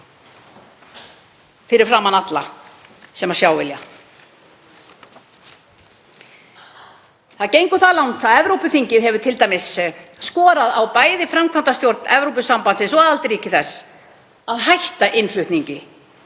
fyrir framan alla sem sjá vilja. Þetta gengur það langt að Evrópuþingið hefur skorað á bæði framkvæmdastjórn Evrópusambandsins og aðildarríki þess að hætta innflutningi